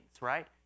right